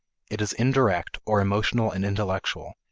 it is indirect, or emotional and intellectual,